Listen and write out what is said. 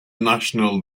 national